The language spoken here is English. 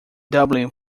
dublin